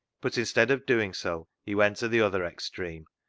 but instead of doing so, he went to the other extreme,